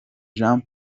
jean